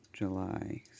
July